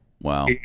Wow